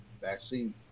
vaccine